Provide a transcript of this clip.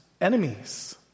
enemies